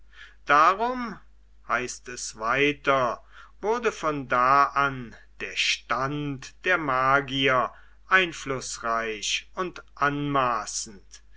darum heißt es weiter wurde von da an der stand der magier einflußreich und anmaßend